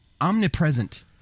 omnipresent